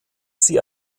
sie